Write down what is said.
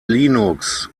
linux